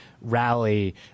rally